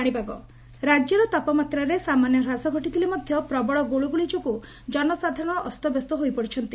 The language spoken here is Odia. ପାଣିପାଗ ରାକ୍ୟର ତାପମାତ୍ରାରେ ସାମାନ୍ୟ ହ୍ରାସ ଘଟିଥିଲେ ମଧ୍ୟ ପ୍ରବଳ ଗୁଳୁଗୁଳି ଯୋଗୁଁ ଜନସାଧାରଣ ଅସ୍ତବ୍ୟସ୍ତ ହୋଇପଡ଼ିଛନ୍ତି